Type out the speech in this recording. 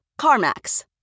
CarMax